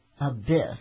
abyss